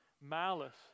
malice